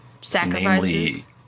Sacrifices